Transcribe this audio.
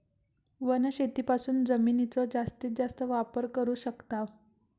वनशेतीपासून जमिनीचो जास्तीस जास्त वापर करू शकताव